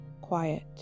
quiet